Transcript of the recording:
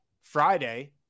Friday